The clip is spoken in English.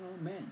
amen